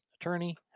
attorney